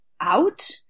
out